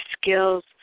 skills